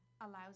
allows